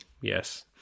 yes